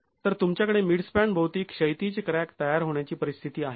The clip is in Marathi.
तर तुमच्याकडे मिडस्पॅन भोवती क्षैतिज क्रॅक तयार होण्याची परिस्थिती आहे